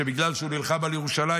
שזה בגלל שהוא נלחם על ירושלים,